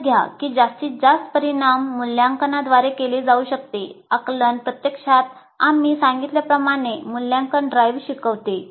लक्षात घ्या की जास्तीत जास्त परिणाम मूल्यांकनद्वारे केला जाऊ शकतो आकलन प्रत्यक्षात आम्ही सांगितल्याप्रमाणे 'मूल्यांकन ड्राइव्ह शिकवते